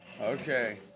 Okay